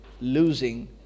losing